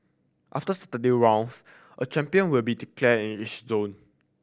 after Saturday rounds a champion will be declared in each zone